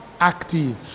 active